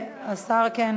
השר תומך בהעברה.